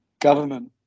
government